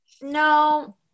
no